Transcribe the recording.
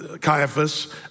Caiaphas